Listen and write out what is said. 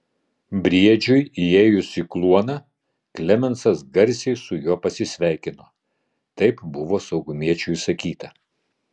briedžiui įėjus į kluoną klemensas garsiai su juo pasisveikino taip buvo saugumiečių įsakyta